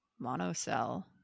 Monocell